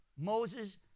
Moses